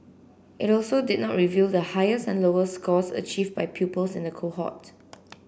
it also did not reveal the highest and lowest scores achieved by pupils in the cohort